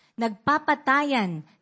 nagpapatayan